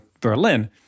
Berlin